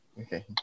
Okay